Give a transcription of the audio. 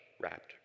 wrapped